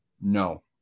no